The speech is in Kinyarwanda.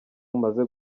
umaze